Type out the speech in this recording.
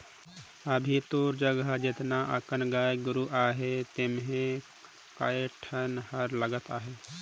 अभी तोर जघा जेतना अकन गाय गोरु अहे तेम्हे कए ठन हर लगत अहे